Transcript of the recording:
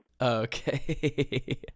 Okay